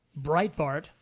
Breitbart